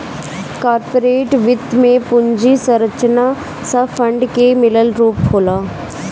corporate वित्त में पूंजी संरचना सब फंड के मिलल रूप होला